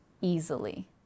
easily